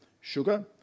Sugar